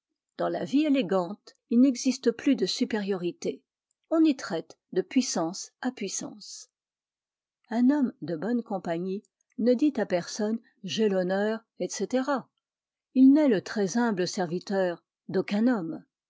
dans la vie élégante il n'existe plus de supériorité on y traite de puissance à puissance un homme de bonne compagnie ne dit à personne j'ai l'honneur etc il n'est le très humble serviteur d'aucun homme